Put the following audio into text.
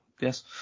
yes